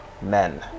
men